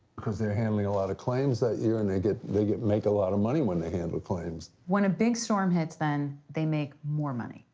because they're handling a lot of claims that year and they get they get make a lot of money when they handle claims. when a big storm hits then, they make more money.